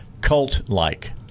cult-like